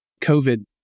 COVID